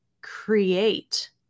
create